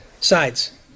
sides